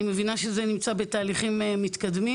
אני מבינה שזה נמצא בתהליכים מתקדמים,